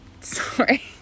Sorry